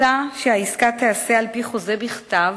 מוצע שהעסקה תיעשה על-פי חוזה בכתב